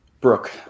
Brooke